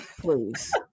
Please